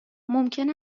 ممکن